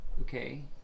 okay